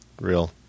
real